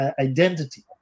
identity